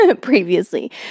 previously